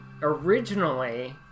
originally